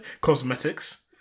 Cosmetics